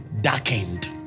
darkened